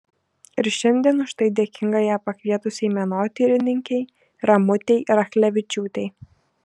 ir šiandien už tai dėkinga ją pakvietusiai menotyrininkei ramutei rachlevičiūtei